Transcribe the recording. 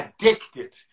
addicted